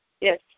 yes